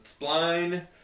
spline